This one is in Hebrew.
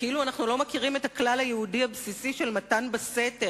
כאילו אנחנו לא מכירים את הכלל היהודי הבסיסי של מתן בסתר,